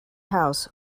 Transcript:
house